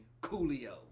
Coolio